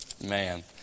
Man